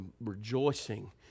rejoicing